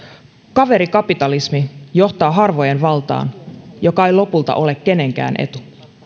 kaverikapitalismi johtaa harvojen valtaan joka ei lopulta ole kenenkään etu